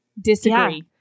disagree